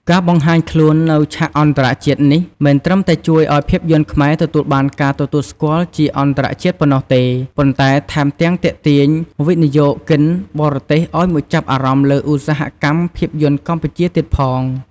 ការបង្ហាញខ្លួននៅឆាកអន្តរជាតិនេះ មិនត្រឹមតែជួយឱ្យភាពយន្តខ្មែរទទួលបានការទទួលស្គាល់ជាអន្តរជាតិប៉ុណ្ណោះទេ ប៉ុន្តែថែមទាំង ទាក់ទាញវិនិយោគិនបរទេសឱ្យមកចាប់អារម្មណ៍លើឧស្សាហកម្មភាពយន្តកម្ពុជា ទៀតផង។